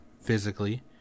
physically